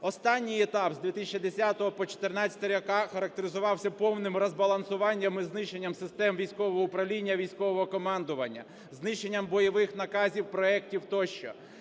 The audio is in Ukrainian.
Останній етап з 2010 по 2014 роки характеризувався повним розбалансуванням і знищенням систем військового управління військового командування, знищенням бойових наказів проектів тощо.